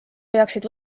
peaksid